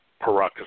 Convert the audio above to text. Paracas